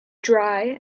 dry